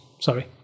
Sorry